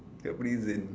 kat prison